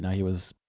yeah he was.